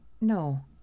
No